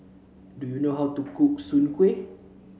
do you know how to cook Soon Kueh